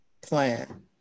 plan